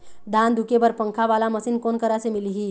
धान धुके बर पंखा वाला मशीन कोन करा से मिलही?